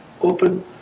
open